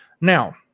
Now